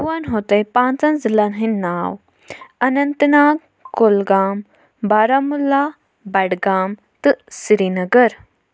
بہٕ وَنہو تۄہہِ پانٛژَن ضِلٮعن ہٕنٛدۍ ناو اننت ناگ کُلگام باراہمولا بڈگام تہٕ سریٖنگر